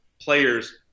players